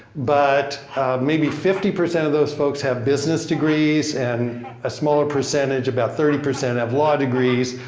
but maybe fifty percent of those folks have business degrees, and a smaller percentage about thirty percent have law degrees.